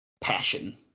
Passion